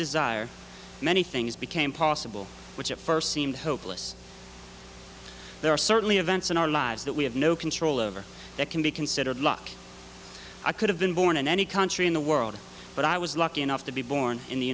desire many things became possible which at first seemed hopeless there are certainly events in our lives that we have no control over that can be considered luck i could have been born in any country in the world but i was lucky enough to be born in the